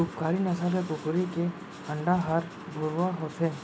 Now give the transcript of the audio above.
उपकारी नसल के कुकरी के अंडा हर भुरवा होथे